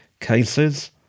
cases